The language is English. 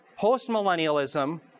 Postmillennialism